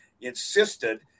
insisted